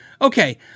Okay